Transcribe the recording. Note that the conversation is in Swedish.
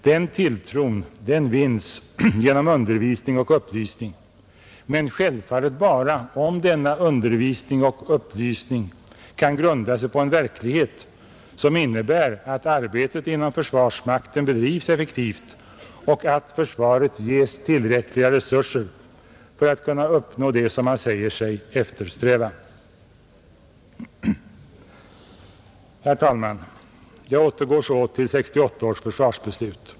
Den tilltron vinnes genom undervisning och upplysning, men självfallet bara om denna undervisning och upplysning kan grunda sig på en verklighet som innebär att arbetet inom försvarsmakten bedrivs effektivt och att försvaret ges tillräckliga resurser för att kunna uppnå det som man säger sig eftersträva. Herr talman! Jag återgår så till 1968 års försvarsbeslut.